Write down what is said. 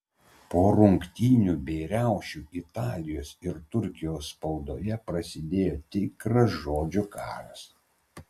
po rungtynių bei riaušių italijos ir turkijos spaudoje prasidėjo tikras žodžių karas